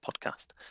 podcast